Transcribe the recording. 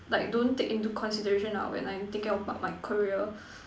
like don't take into consideration ah when I'm thinking about my career